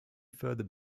further